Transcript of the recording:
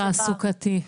תעסוקתי.